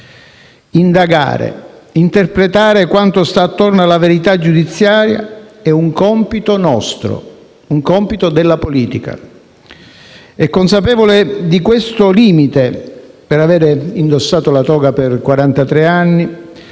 indagare e interpretare quanto sta attorno alla verità giudiziaria è un compito nostro, un compito della politica. Consapevole di questo limite, per avere indossato la toga per